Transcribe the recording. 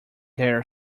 their